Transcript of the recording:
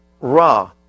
Ra